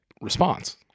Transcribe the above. response